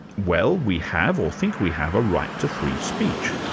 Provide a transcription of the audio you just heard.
well we have, or think we have, a right to free speech.